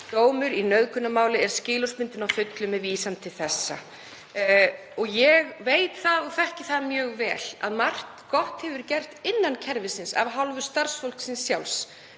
dómur í nauðgunarmáli skilorðsbundinn að fullu með vísan til þessa. Ég veit það og þekki það mjög vel að margt gott hefur verið gert innan kerfisins af hálfu starfsfólksins sjálfs